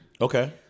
Okay